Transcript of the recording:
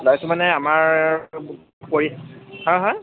ওলাইছোঁ মানে আমাৰ পৰি হা হা